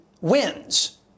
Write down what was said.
wins